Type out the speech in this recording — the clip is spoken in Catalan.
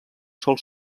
sòl